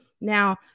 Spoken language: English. Now